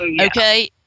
Okay